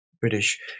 British